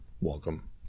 welcome